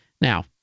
Now